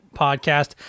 podcast